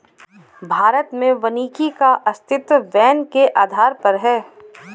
भारत में वानिकी का अस्तित्व वैन के आधार पर है